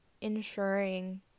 ensuring